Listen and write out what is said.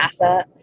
NASA